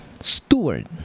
steward